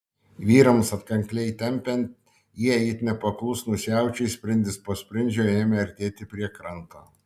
vyrams atkakliai tempiant jie it neklusnūs jaučiai sprindis po sprindžio ėmė artėti prie kranto